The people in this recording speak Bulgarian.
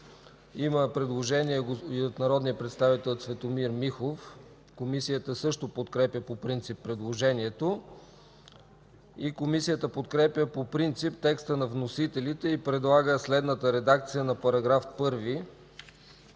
Има предложение и от народния представител Цветомир Михов: Комисията също подкрепя по принцип предложението. Комисията подкрепя по принцип текста на вносителите и предлага следната редакция на § 1: „§ 1.